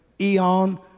eon